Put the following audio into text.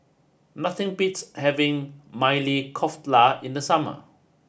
nothing beats having Maili Kofta in the summer